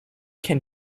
can